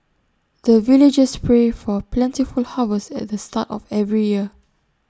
the villagers pray for plentiful harvest at the start of every year